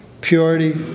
Purity